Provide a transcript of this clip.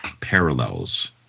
parallels